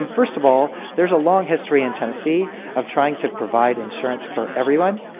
um first of all, there's a long history in tennessee of trying to provide insurance for every one.